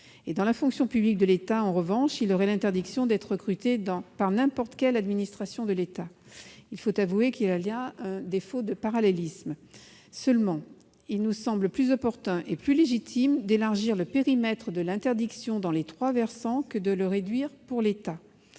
Dans la fonction publique de l'État, en revanche, il aurait l'interdiction d'être recruté par n'importe quelle administration d'État. Il faut avouer qu'il y a là un défaut de parallélisme. Toutefois, il semblerait plus opportun et plus légitime d'élargir le périmètre de l'interdiction dans les trois versants que de le réduire pour la